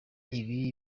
ibi